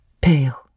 pale